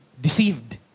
deceived